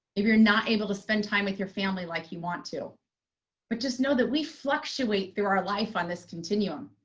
if you're not able to spend time with your family like you want to, but just know that we fluctuate through our life on this continuum.